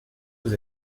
vous